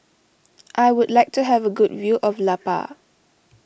I would like to have a good view of La Paz